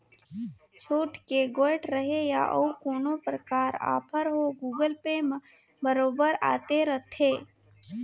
छुट के गोयठ रहें या अउ कोनो परकार आफर हो गुगल पे म बरोबर आते रथे